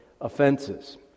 offenses